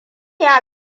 ya